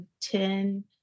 ten